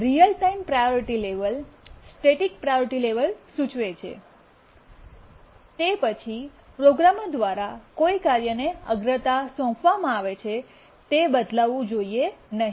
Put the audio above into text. real time priority level static priority level સૂચવે છે તે પછી પ્રોગ્રામર દ્વારા કોઈ કાર્યને અગ્રતા સોંપવામાં આવે છે તે બદલાવું જોઈએ નહીં